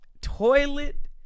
Toilet